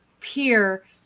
peer